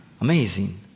Amazing